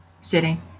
sitting